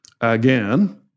again